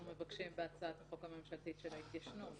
מבקשים בהצעת החוק הממשלתית של ההתיישנות,